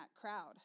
crowd